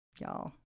Y'all